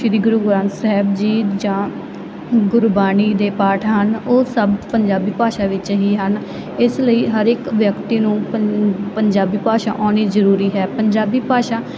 ਸ਼੍ਰੀ ਗੁਰੂ ਗ੍ਰੰਥ ਸਾਹਿਬ ਜੀ ਜਾਂ ਗੁਰਬਾਣੀ ਦੇ ਪਾਠ ਹਨ ਉਹ ਸਭ ਪੰਜਾਬੀ ਭਾਸ਼ਾ ਵਿੱਚ ਹੀ ਹਨ ਇਸ ਲਈ ਹਰ ਇੱਕ ਵਿਅਕਤੀ ਨੂੰ ਪੰ ਪੰਜਾਬੀ ਭਾਸ਼ਾ ਆਉਣੀ ਜ਼ਰੂਰੀ ਹੈ ਪੰਜਾਬੀ ਭਾਸ਼ਾ